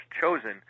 chosen